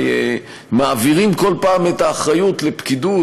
מעבירים בכל פעם את האחריות לפקידות,